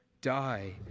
Die